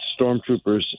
stormtroopers